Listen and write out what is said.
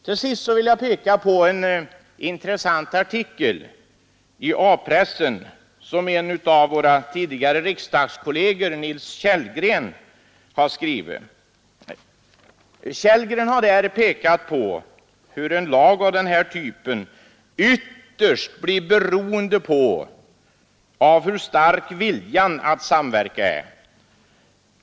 Till sist vill jag peka på en intressant artikel i A-pressen, som en av våra tidigare riksdagskolleger, Nils Kellgren, har skrivit. Kellgren har där visat hur en lag av den här typen ytterst blir beroende av hur stark viljan att samverka är.